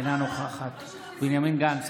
אינה נוכחת בנימין גנץ,